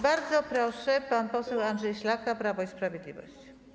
Bardzo proszę, pan poseł Andrzej Szlachta, Prawo i Sprawiedliwość.